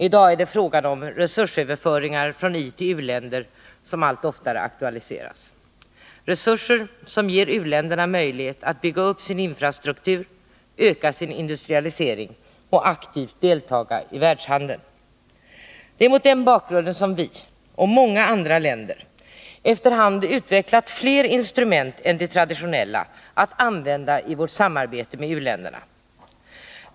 I dag är det frågan om resursöverföringar från i-länder till u-länder som allt oftare aktualiseras — resurser som ger u-länderna möjlighet att bygga upp sin infrastruktur, öka sin industrialisering och aktivt deltaga i världshandeln. Det är mot den bakgrunden vi — och många andra i-länder — efter hand utvecklat fler instrument än de traditionella att använda i vårt samarbete med u-länderna.